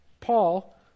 Paul